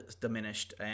diminished